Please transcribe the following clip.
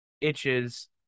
itches